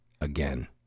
again